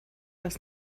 das